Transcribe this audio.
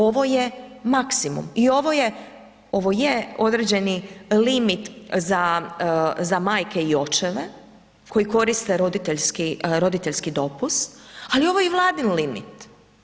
Ovo je maksimum i ovo je određeni limit za majke i očeve koji koriste roditeljski dopust ali ovo je i Vladin limit.